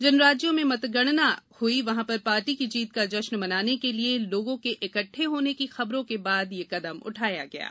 जिन राज्यों में मतगणना जारी है वहां पार्टी की जीत का जश्न मनाने के लिए लोगों के इकट्ठे होने की वहां की खबरों के बाद यह कदम उठाया गया है